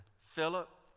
Philip